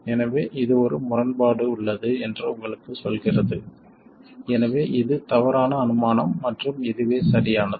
எனவே இது ஒரு முரண்பாடு உள்ளது என்று உங்களுக்குச் சொல்கிறது எனவே இது தவறான அனுமானம் மற்றும் இதுவே சரியானது